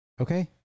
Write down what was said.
Okay